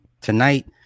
tonight